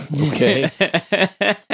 Okay